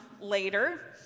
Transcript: later